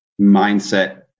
mindset